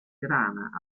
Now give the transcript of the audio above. tirana